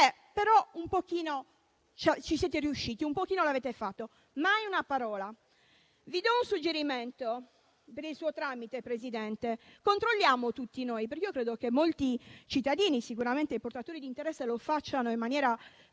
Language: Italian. che un pochino ci eravamo riusciti. Non avete fatto mai una parola. Vi do un suggerimento, per il suo tramite, Presidente: controlliamo tutti noi, perché credo che molti cittadini, sicuramente i portatori di interesse, lo facciano in maniera